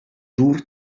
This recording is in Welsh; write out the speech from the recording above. ddŵr